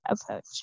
approach